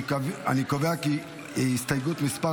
אני קובע כי הסתייגות מס'